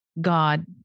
God